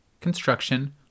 construction